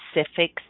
specific